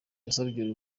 yasabye